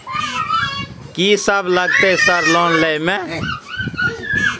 कि सब लगतै सर लोन लय में?